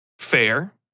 Fair